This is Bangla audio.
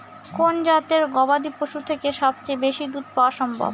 কোন জাতের গবাদী পশু থেকে সবচেয়ে বেশি দুধ পাওয়া সম্ভব?